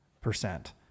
percent